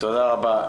תודה רבה.